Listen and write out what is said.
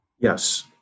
Yes